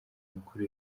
amakuru